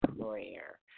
prayer